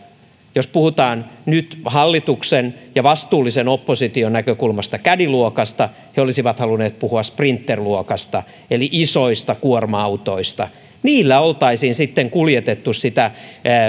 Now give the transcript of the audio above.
jos puhutaan nyt hallituksen ja vastuullisen opposition näkökulmasta caddy luokasta he olisivat halunneet puhua sprinter luokasta eli isoista kuorma autoista niillä oltaisiin sitten kuljetettu sitä